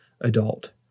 adult